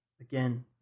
Again